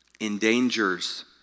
endangers